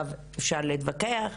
אפשר להתווכח,